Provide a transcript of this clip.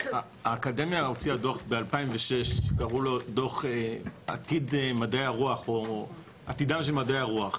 האקדמיה הוציאה דוח ב-2006 שנקרא דוח עתידם של מדעי הרוח.